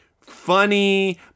funny